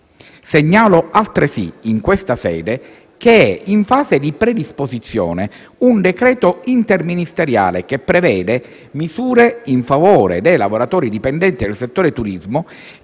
Segnalo altresì in questa sede che è in fase di predisposizione un decreto interministeriale, che prevede misure in favore dei lavoratori dipendenti del settore del turismo,